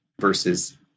Versus